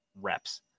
reps